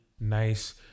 nice